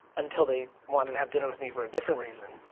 until they wanted to have dinner with me for a different reason,